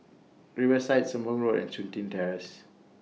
Riverside Sembong Road and Chun Tin Terrace